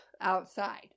outside